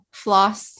floss